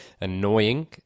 annoying